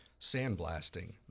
sandblasting